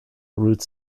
root